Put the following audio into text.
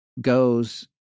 goes